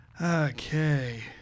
Okay